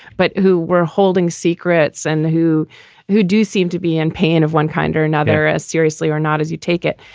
but who were holding secrets and who who do seem to be in. pain of one kind or another is seriously or not as you take it.